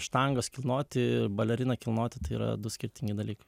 štangas kilnoti baleriną kilnoti yra du skirtingi dalykai